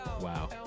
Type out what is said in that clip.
Wow